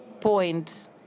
point